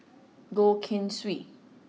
Goh Keng Swee